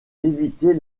éviter